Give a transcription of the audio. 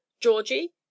Georgie